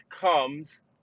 comes